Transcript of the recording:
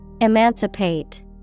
Emancipate